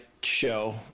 show